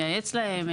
ייעץ להם,